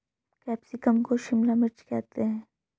capsicum को शिमला मिर्च करते हैं